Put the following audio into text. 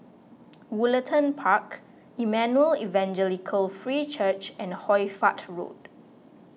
Woollerton Park Emmanuel Evangelical Free Church and Hoy Fatt Road